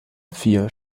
vier